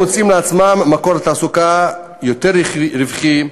הם מוצאים לעצמם מקור תעסוקה יותר רווחי,